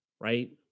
right